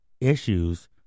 issues